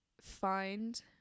find